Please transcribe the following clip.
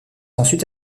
ensuite